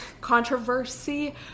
controversy